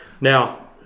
Now